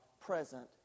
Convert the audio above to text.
present